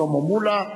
שלמה מולה,